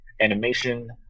animation